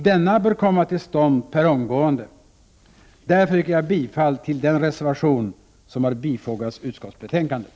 Denna bör komma till stånd per omgående. Därför yrkar jag bifall till den reservation som har fogats till utskottsbetänkandet.